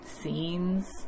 scenes